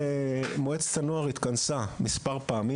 מועצת הנוער התכנסה אז גם מספר פעמים.